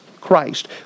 Christ